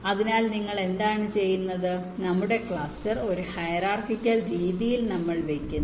അതിനാൽ നിങ്ങൾ എന്താണ് ചെയ്യുന്നത് നമ്മുടെ ക്ലസ്റ്റർ ഒരു ഹൈറാർക്കിക്കൽ രീതിയിൽ നമ്മൾ വെക്കുന്നു